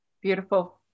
beautiful